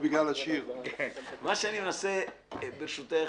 נעשה כולנו.